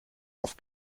auf